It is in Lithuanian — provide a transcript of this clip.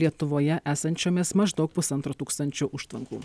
lietuvoje esančiomis maždaug pusantro tūkstančio užtvankų